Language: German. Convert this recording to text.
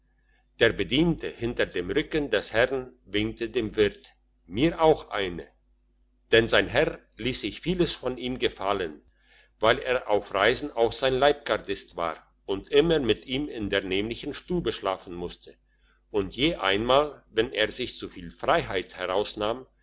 der bediente hinter dem rücken des herrn winkte dem wirt mir auch eine denn sein herr liess sich vieles von ihm gefallen weil er auf reisen auch sein leibgardist war und immer mit ihm in der nämlichen stube schlafen musste und je einmal wenn er sich zuviel freiheit herausnahm